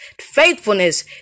faithfulness